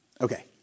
Okay